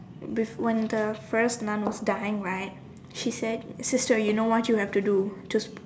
before when the first Nun was dying right she said sister you know what you have to do to